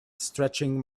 stretching